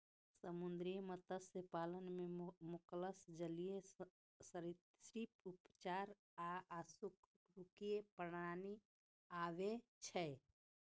समुद्री मत्स्य पालन मे मोलस्क, जलीय सरिसृप, उभयचर आ अकशेरुकीय प्राणी आबै छै